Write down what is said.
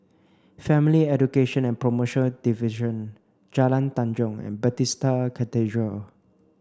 Family Education and Promotion Division Jalan Tanjong and Bethesda Cathedral